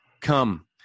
come